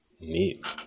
Neat